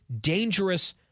dangerous